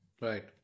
right